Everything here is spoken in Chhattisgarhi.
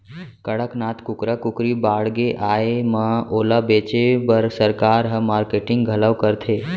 कड़कनाथ कुकरा कुकरी बाड़गे आए म ओला बेचे बर सरकार ह मारकेटिंग घलौ करथे